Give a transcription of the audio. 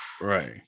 right